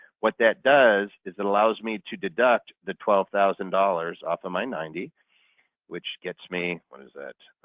what that does is it allows me to deduct the twelve thousand dollars off of my ninety which gets me, what is that?